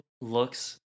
looks